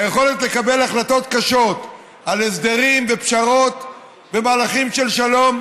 היכולת לקבל החלטות קשות על הסדרים ופשרות ומהלכים של שלום,